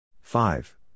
Five